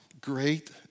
great